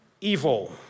evil